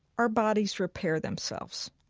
our bodies repair themselves.